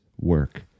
work